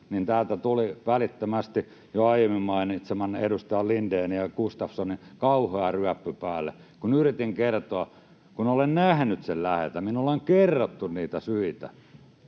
täältä tuli välittömästi jo aiemmin mainitsemieni edustaja Lindénin ja Gustafssonin kauhea ryöppy päälle, kun yritin kertoa, kun olen nähnyt sen läheltä. Minulle on kerrottu niitä syitä,